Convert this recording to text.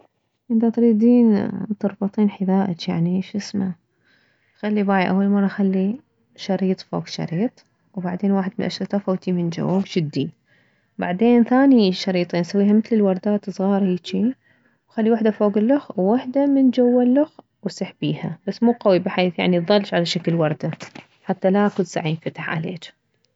اذا تريدين تربطين حذائج يعني شسمه خلي باعي اول مرة خلي شريط فوك شريط وبعدين واحد من الاشرطة فوتيه من جوه وشديه بعدين ثاني شريطين سويهها مثل وردات صغار هيجي وخلي وحدة من فوك الخ ووحدة من جوه الخ وسحبيها بس مو قويب حيث تظل مثل شكل وردة حتى لا كلسع ينفتح عليج